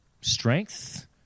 strength